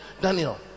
Daniel